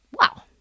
Wow